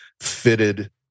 fitted